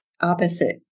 Opposite